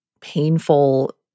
painful